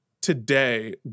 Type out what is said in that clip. today